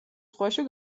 ზღვაში